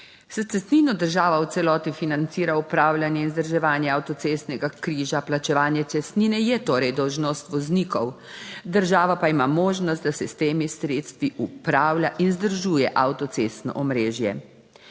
S cestnino država v celoti financira upravljanje in vzdrževanje avtocestnega križa. Plačevanje cestnine je torej dolžnost voznikov, država pa ima možnost, da se s temi sredstvi upravlja in vzdržuje avtocestno omrežje.